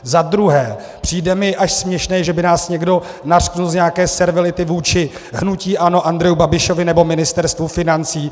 Za druhé mi přijde až směšné, že by nás někdo nařkl z nějaké servility vůči hnutí ANO, Andreji Babišovi nebo Ministerstvu financí.